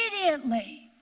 Immediately